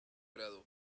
grado